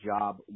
job